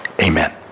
Amen